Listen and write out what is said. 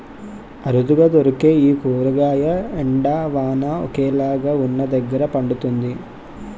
అరుదుగా దొరికే ఈ కూరగాయ ఎండ, వాన ఒకేలాగా వున్నదగ్గర పండుతుంది